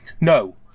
No